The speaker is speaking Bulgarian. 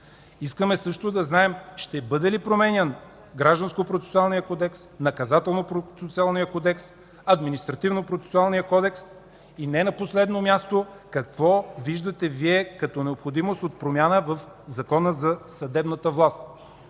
Искаме също да знаем ще бъдат ли променяни Гражданският процесуален кодекс, Наказателнопроцесуалният кодекс, Административнопроцесуалният кодекс? И не на последно място: какво виждате Вие като необходимост от промяна в Закона за съдебната власт?